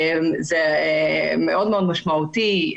זה מאוד משמעותי,